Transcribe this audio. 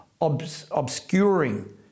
obscuring